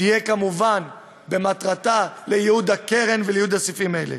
תהיה כמובן במטרתה לייעוד הקרן ולייעוד לסעיפים אלה.